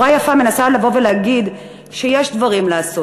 אני בצורה יפה מנסה לבוא ולהגיד שיש דברים לעשות,